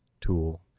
tool